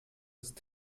ist